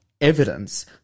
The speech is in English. evidence